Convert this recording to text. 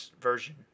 version